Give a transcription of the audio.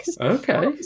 Okay